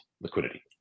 liquidity